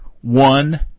one